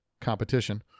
competition